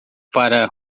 para